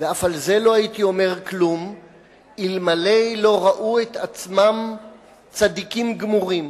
ואף על זה לא הייתי אומר כלום אלמלא לא ראו את עצמם כצדיקים גמורים,